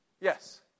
Yes